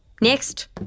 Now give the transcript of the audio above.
Next